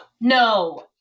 No